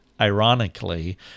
ironically